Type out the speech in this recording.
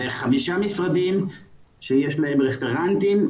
אלה חמישה משרדים שיש להם רפרנטים,